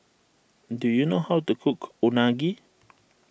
do you know how to cook Unagi